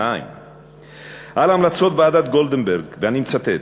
2. על-פי המלצות ועדת גולדברג, ואני מצטט: